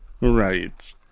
Right